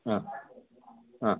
ಹಾಂ ಹಾಂ